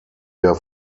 der